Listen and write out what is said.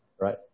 right